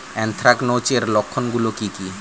Anthracnose এর লক্ষণ গুলো কি কি?